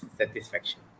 satisfaction